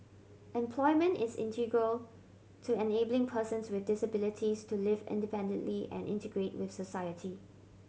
employment is integral to enabling persons with disabilities to live independently and integrate with society